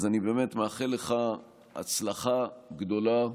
אני באמת מאחל לך הצלחה גדולה,